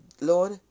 Lord